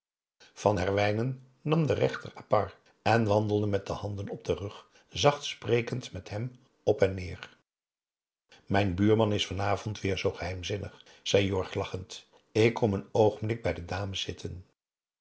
van herwijnen nam den rechter à part en wandelde met de handen op den rug zacht sprekend met hem op en neer mijn buurman is vanavond weêr zoo geheimzinnig zei jorg lachend ik kom een oogenblik bij de dames zitten